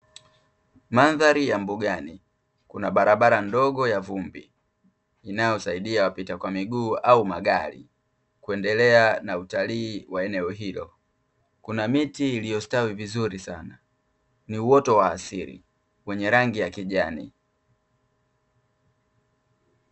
Mandhari ya mbugani, kuna barabara ndogo ya vumbi inayosaidia wapita kwa miguu au magari, kuendelea na utalii wa eneo hilo. Kuna miti iliyostawi vizuri sana; ni uoto wa asili wenye rangi ya kijani.